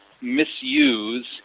misuse